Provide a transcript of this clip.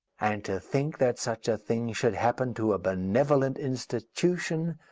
and to think that such a thing should happen to a benevolent institution,